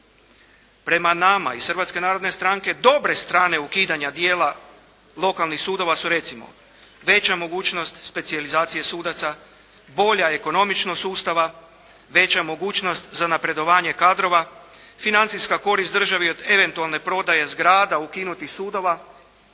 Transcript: stranke dobre strane ukidanja dijela lokalnih sudova su recimo veća mogućnost specijalizacije sudaca, bolja ekonomičnost sustava, veća mogućnost za napredovanje kadrova, financijska korist državi od eventualne prodaje zgrada ukinutih sudova.